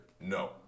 No